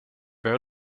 per